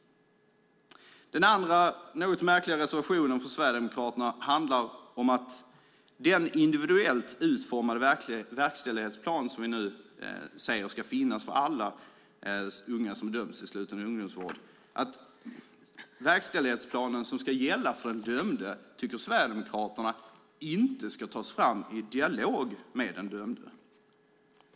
Den andra något märkliga reservationen från Sverigedemokraterna handlar om att den individuellt utformade verkställighetsplanen, som vi säger ska finnas för alla unga som dömts till sluten ungdomsvård, för den dömde inte ska tas fram i dialog med den dömde.